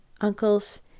uncles